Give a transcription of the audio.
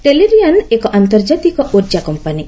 Tellurian ଏକ ଆନ୍ତର୍ଜାତିକ ଉର୍ଜା କମ୍ପାନୀ